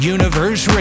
Universe